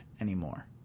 anymore